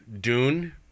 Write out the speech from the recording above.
Dune